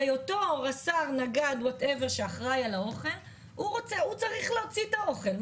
הרי אותו רס"ר נגד שאחראי על האוכל צריך להוציא את האוכל.